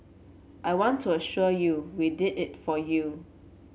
I want to assure you we did it for you